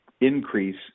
increase